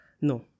No